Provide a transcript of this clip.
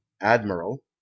Admiral